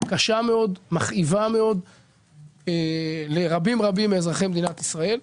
קשה מאוד, מכאיבה מאוד לרבים מאזרחי מדינת ישראל.